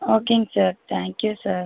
ஓகேங்க sir thank you sir